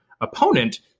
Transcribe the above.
opponent